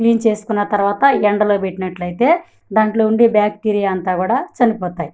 clean చేసుకున్న తరువాత ఎండలో పెట్టినట్లయితే దాంట్లో ఉండే బ్యాక్టీరియా అంతా కూడా చనిపోతాయయి